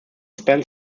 spent